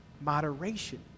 moderation